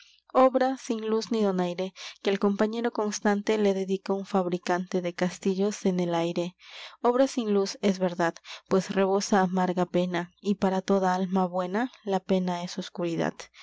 obra sin luz ni donaire que al compañero constante un le dedica fabricante el aire de castillos en obra sin pues luz es verdad rebosa amarga pena y para toda alma buena oscuridad la pena es